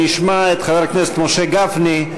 נשמע את חבר הכנסת משה גפני,